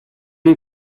non